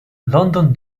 london